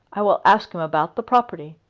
i will ask him about the property.